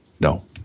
No